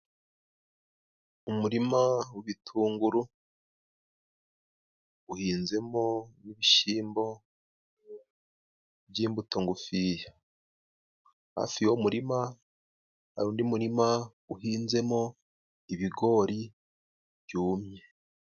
Umurima w'ibitunguru uhinzemo ibishyimbo by'imbuto ngufiya, hafi y'uwo murima hari undi murima uhinzemo ibigori byumye.